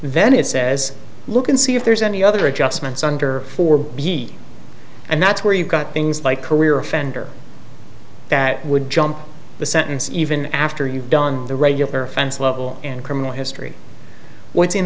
then it says look and see if there's any other adjustments under four b and that's where you got things like career offender that would jump the sentence even after you've done the regular offense level and criminal history what's in